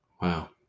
Wow